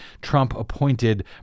Trump-appointed